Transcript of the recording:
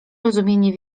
rozumienie